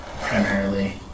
primarily